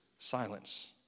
silence